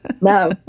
No